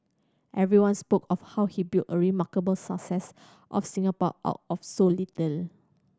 everyone spoke of how he built a remarkable success of Singapore out of so little